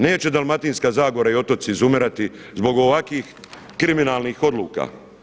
Neće Dalmatinska zagora i otoci izumirati zbog ovakvih kriminalnih odluka.